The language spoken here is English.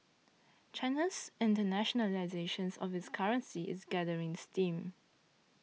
China's internationalisation of its currency is gathering steam